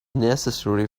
necessary